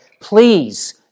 Please